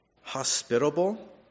hospitable